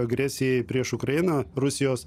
agresijai prieš ukrainą rusijos